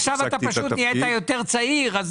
אה, עכשיו אתה פשוט נהיית יותר צעיר.